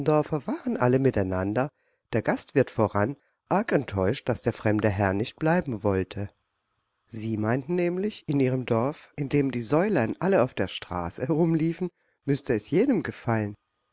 waren alle miteinander der gastwirt voran arg enttäuscht daß der fremde herr nicht bleiben wollte sie meinten nämlich in ihrem dorf in dem die säulein alle auf der straße herumliefen müßte es jedem gefallen